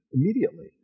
immediately